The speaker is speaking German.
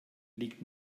liegt